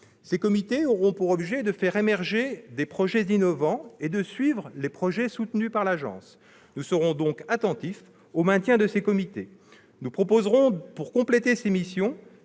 Ces comités auront pour objet de faire émerger des projets innovants et de suivre les projets soutenus par l'agence. Nous serons donc attentifs à leur maintien. Nous proposerons, pour compléter leurs missions,